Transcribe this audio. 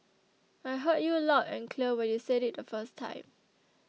I heard you loud and clear when you said it the first time